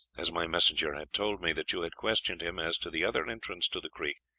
as my messenger had told me that you had questioned him as to the other entrance to the creek,